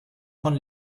von